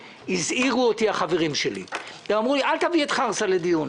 הזהירו אותי החברים שלי ואמרו לי: אל תביא את חרסה לדיון,